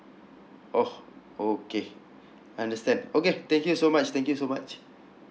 oh okay I understand okay thank you so much thank you so much